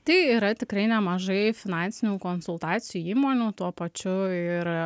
tai yra tikrai nemažai finansinių konsultacijų įmonių tuo pačiu ir